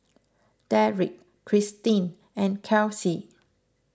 Derik Christine and Kelsie